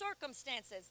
circumstances